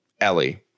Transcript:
Ellie